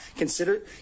consider